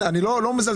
אני לא מזלזל,